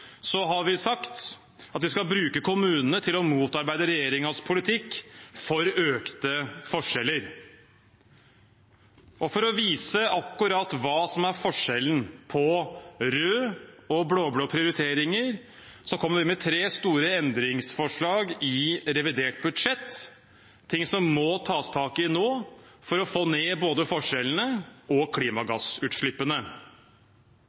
har vi sagt at vi skal bruke kommunene til å motarbeide regjeringens politikk for økte forskjeller. For å vise akkurat hva som er forskjellen på røde og blå-blå prioriteringer, kommer vi med tre store endringsforslag i revidert budsjett. Dette er ting som det må tas tak i nå for å få ned både forskjellene og